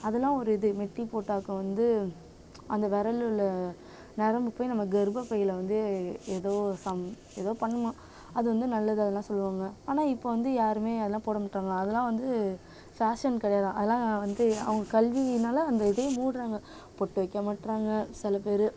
அதலாம் ஒரு இது மெட்டி போட்டாக்க வந்து அந்த விரலுள்ள நரம்பு போய் நம்ம கர்ப்பப்பையில் வந்து எதோ சம் எதோ பண்ணுமாம் அது வந்து நல்லது அதலாம் சொல்வாங்க ஆனால் இப்போது வந்து யாருமே அதலாம் போடமாட்டேறாங்க அதலாம் வந்து ஃபேஷன் கிடையாதான் அதலாம் வந்து அவங்க கல்வினால் அந்த இதையே மூடுறாங்க பொட்டு வைக்க மாட்டுறாங்க சில பேர்